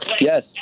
Yes